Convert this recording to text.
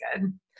good